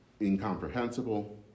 incomprehensible